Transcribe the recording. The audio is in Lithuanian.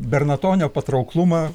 bernatonio patrauklumą